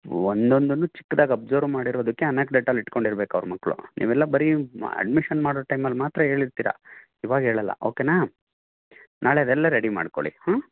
ಒಂದೊಂದನ್ನು ಚಿಕ್ದಾಗಿ ಅಬ್ಸರ್ವ್ ಮಾಡಿರೋದಕ್ಕೆ ಅನೆಕ್ಡೋಟಾಲ್ ಇಟ್ಕೊಂಡಿರಬೇಕು ಅವ್ರು ಮಕ್ಳು ನೀವೆಲ್ಲ ಬರೀ ಅಡ್ಮಿಷನ್ ಮಾಡೊ ಟೈಮಲ್ಲಿ ಮಾತ್ರ ಹೇಳಿರ್ತೀರಿ ಇವಾಗ ಹೇಳೋಲ್ಲ ಓಕೆ ನಾ ನಾಳೆ ಅದೆಲ್ಲ ರೆಡಿ ಮಾಡ್ಕೊಳ್ಳಿ ಹ್ಮೂ